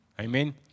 Amen